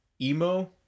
emo